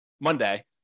monday